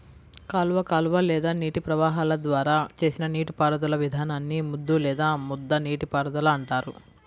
కాలువ కాలువ లేదా నీటి ప్రవాహాల ద్వారా చేసిన నీటిపారుదల విధానాన్ని ముద్దు లేదా ముద్ద నీటిపారుదల అంటారు